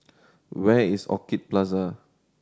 where is Orchid Plaza